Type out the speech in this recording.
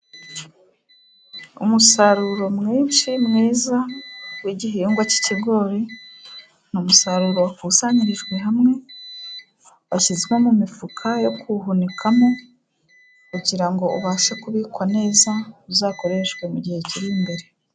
Umusaruro mwinshi mwiza wigihingwa cyikigori, ni umusaruro wakusanyirijwe hamwe, washyizwe mumifuka yoguhunikamo, kugira ngo ubashe kubikwa neza, uzakoreshwe mu gihe kiri imbere.